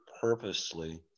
purposely